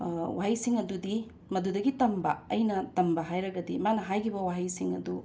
ꯋꯥꯍꯩꯁꯤꯡ ꯑꯗꯨꯗꯤ ꯃꯗꯨꯗꯒꯤ ꯇꯝꯕ ꯑꯩꯅ ꯇꯝꯕ ꯍꯥꯏꯔꯒꯗꯤ ꯃꯥꯅ ꯍꯥꯏꯒꯤꯕ ꯋꯥꯍꯩꯁꯤꯡ ꯑꯗꯨ